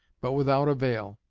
but without avail.